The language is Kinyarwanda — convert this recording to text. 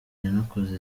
yanakoze